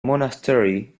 monastery